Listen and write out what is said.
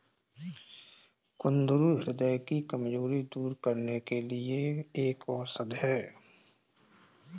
कुंदरू ह्रदय की कमजोरी दूर करने के लिए एक औषधि है